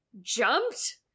jumped